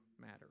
matter